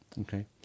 Okay